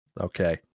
Okay